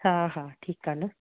हा हा ठीकु आहे न